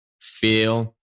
feel